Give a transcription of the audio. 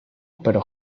pero